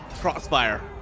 crossfire